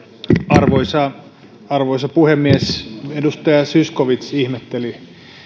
arvoisa arvoisa puhemies edustaja zyskowicz ihmetteli